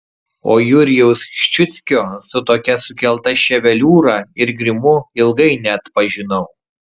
o jurijaus ščiuckio su tokia sukelta ševeliūra ir grimu ilgai neatpažinau